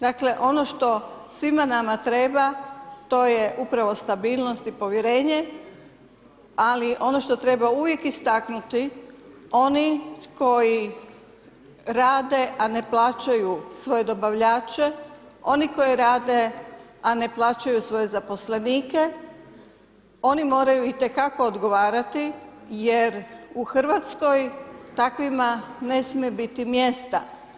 Dakle, ono što svima nama treba to je upravo stabilnost i povjerenje, ali ono što treba uvijek istaknuti, oni koji rade, a ne plaćaju svoje dobavljače, oni koji rade, a ne plaćaju svoje zaposlenike, oni moraju itekako odgovarati jer u RH takvima ne smije biti mjesta.